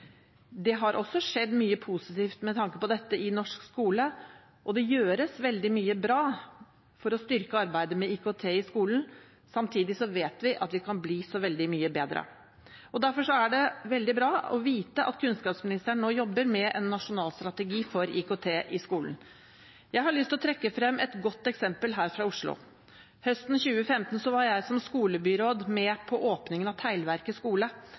Det har også skjedd mye positivt med tanke på dette i norsk skole, og det gjøres veldig mye bra for å styrke arbeidet med IKT i skolen. Samtidig vet vi at vi kan bli så veldig mye bedre. Derfor er det veldig bra å vite at kunnskapsministeren nå jobber med en nasjonal strategi for IKT i skolen. Jeg har lyst til å trekke frem et godt eksempel her fra Oslo. Høsten 2015 var jeg som skolebyråd med på åpningen av Teglverket skole. I en splitter ny skole